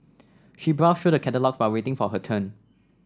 she browsed through the catalogues while waiting for her turn